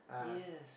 yes